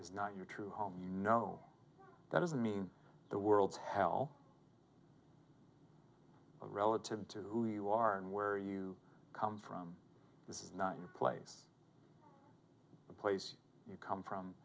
is not your true home no that doesn't mean the world's hell relative to you are and where you come from this is not your place the place you come from